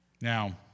Now